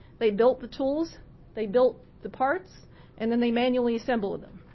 they built the tools, they built the parts and then they manually assembled them.